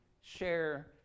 share